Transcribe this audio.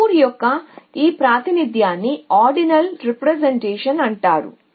tour యొక్క ఈ ప్రాతినిధ్యాన్ని ఆర్డినల్ రీప్రెజెంటేషన్ అంటారు